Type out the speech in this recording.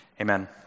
Amen